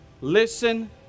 listen